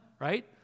Right